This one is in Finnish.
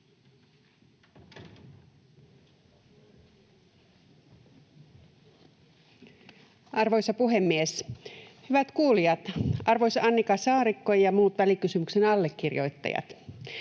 Arvoisa puhemies! Hyvät kuulijat, arvoisa Annika Saarikko ja muut välikysymyksen allekirjoittajat!